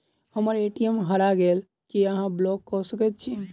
हम्मर ए.टी.एम हरा गेल की अहाँ ब्लॉक कऽ सकैत छी?